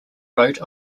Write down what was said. rhode